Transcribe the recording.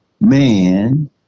Man